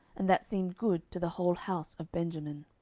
and that seemed good to the whole house of benjamin.